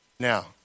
Now